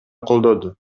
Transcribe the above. колдоду